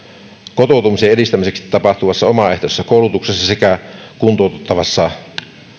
kotoutumisen edistämiseksi tapahtuvassa omaehtoisessa koulutuksessa tai kuntouttavassa